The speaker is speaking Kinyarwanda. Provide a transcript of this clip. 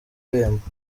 irembo